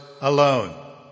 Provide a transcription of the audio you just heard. alone